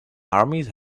armies